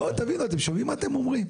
בואו, תבינו, אתם שומעים מה אתם אומרים?